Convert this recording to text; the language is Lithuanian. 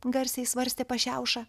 garsiai svarstė pašiauša